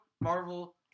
Marvel